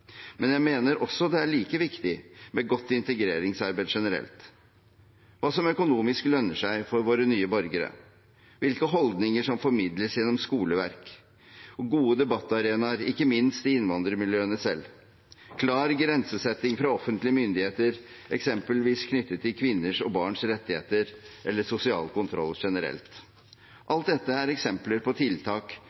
men jeg mener det er like viktig med godt integreringsarbeid generelt, og som økonomisk lønner seg for våre nye borgere, hvilke holdninger som formidles gjennom skoleverk, gode debattarenaer, ikke minst i innvandrermiljøene selv, klar grensesetting fra offentlige myndigheter, eksempelvis knyttet til kvinners og barns rettigheter eller sosial kontroll generelt. Alt dette er eksempler på tiltak